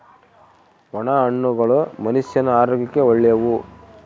ಒಣ ಹಣ್ಣುಗಳು ಮನುಷ್ಯನ ಆರೋಗ್ಯಕ್ಕ ಒಳ್ಳೆವು